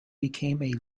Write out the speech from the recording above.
became